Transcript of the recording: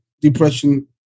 depression